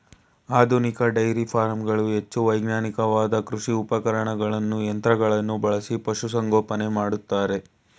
ಆಧುನಿಕ ಡೈರಿ ಫಾರಂಗಳು ಹೆಚ್ಚು ವೈಜ್ಞಾನಿಕವಾದ ಕೃಷಿ ಉಪಕರಣಗಳನ್ನು ಯಂತ್ರಗಳನ್ನು ಬಳಸಿ ಪಶುಸಂಗೋಪನೆ ಮಾಡ್ತರೆ